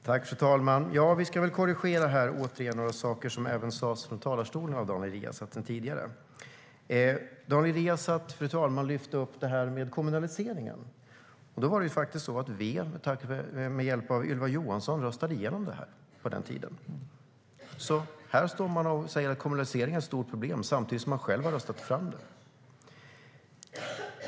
Fru talman! Vi ska väl återigen korrigera några saker som sas i talarstolen tidigare av Daniel Riazat. Daniel Riazat, fru talman, lyfte fram det här med kommunaliseringen. Men det var faktiskt så att V med hjälp av Ylva Johansson röstade igenom det här på den tiden. Här står man och säger att kommunaliseringen är ett stort problem, men man har själv röstat fram det.